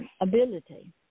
ability